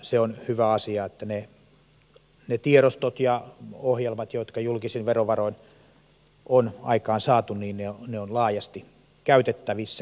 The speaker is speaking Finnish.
se on hyvä asia että ne tiedostot ja ohjelmat jotka julkisin verovaroin on aikaan saatu ovat laajasti käytettävissä